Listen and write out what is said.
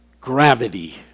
gravity